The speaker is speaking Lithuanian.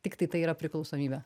tiktai tai yra priklausomybė